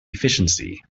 efficiency